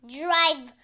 drive